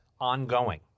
ongoing